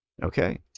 Okay